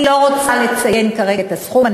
אני לא רוצה לציין כרגע את הסכום.